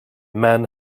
man